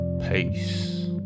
Peace